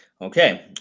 Okay